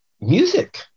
music